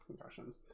concussions